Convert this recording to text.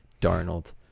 Darnold